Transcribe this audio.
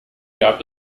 gab